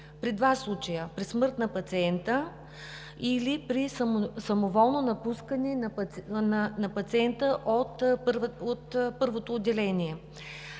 при два случая – при смърт на пациента или при самоволно напускане на пациента от първото отделение.